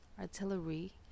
artillery